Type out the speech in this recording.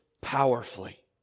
powerfully